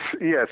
yes